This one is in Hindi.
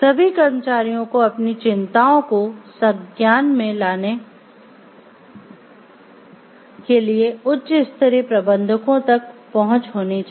सभी कर्मचारियों को अपनी चिंताओं को संज्ञानमे लाने के लिए उच्च स्तरीय प्रबंधकों तक पहुंच होनी चाहिए